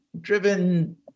driven